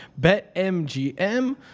BetMGM